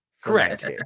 Correct